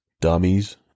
dummies